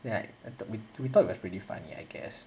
then like we we thought it was pretty funny I guess